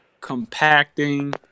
compacting